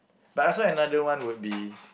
but I also another one would be